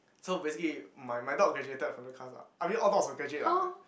so basically my my dog graduated from the class ah I mean all dogs were graduate lah